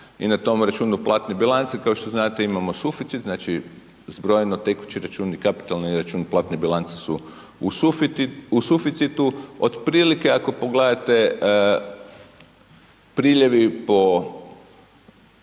I na tom računu platne bilance, kao što znate imamo suficit, znači zbrojno tekući račun i kapitalni račun platne bilance su u suficitu. Otprilike ako pogledate priljevi po